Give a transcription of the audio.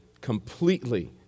completely